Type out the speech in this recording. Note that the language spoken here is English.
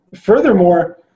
furthermore